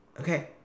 okay